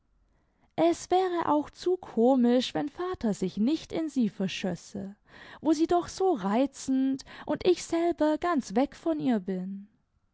es wäre auch zu komisch wenn vater sich nicht in sie verschösse wo sie doch so reizend und ich selber ganz weg von ihr bin